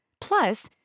Plus